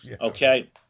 Okay